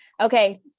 Okay